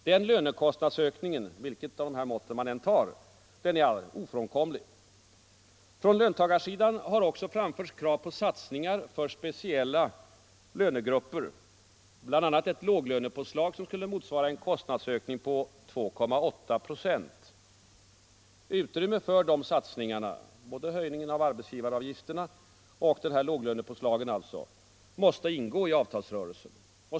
Den lönekostnadsökningen är ofrånkomlig, vilket av de här måtten man än tar. Från löntagarsidan har också framförts krav på satsningar för speciella lönegrupper, bl.a. ett låglönepåslag som skulle motsvara en kostnadsökning på 2,8 procent. Utrymme för de satsningarna — alltså både höjningen av arbetsgivaravgifterna och låglönepåslaget — måste ingå i avtalsrörelsen.